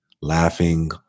laughing